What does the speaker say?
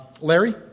Larry